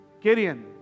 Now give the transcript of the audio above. Gideon